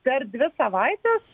per dvi savaites